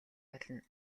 болно